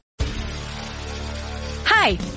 Hi